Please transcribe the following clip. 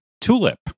tulip